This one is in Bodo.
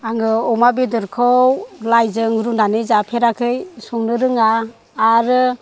आङो अमा बेदरखौ लाइजों रुनानै जाफैराखै संनो रोङा आरो